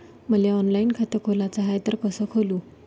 मले ऑनलाईन खातं खोलाचं हाय तर कस खोलू?